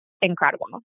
incredible